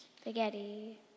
Spaghetti